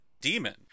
demon